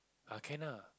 ah can ah